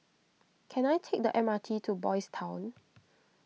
can I take the M R T to Boys' Town